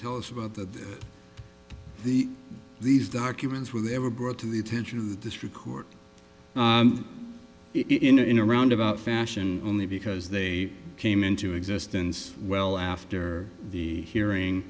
tell us about the the these documents were ever brought to the attention of the district court in a roundabout fashion only because they came into existence well after the hearing